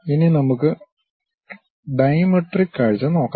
ഇനി നമുക്ക് ഡൈമെട്രിക് കാഴ്ച നോക്കാം